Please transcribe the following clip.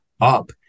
up